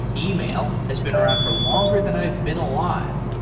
email has been around for longer than i've been alive,